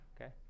Okay